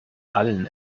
allen